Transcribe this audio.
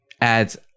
adds